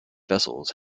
vessels